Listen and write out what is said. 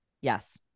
Yes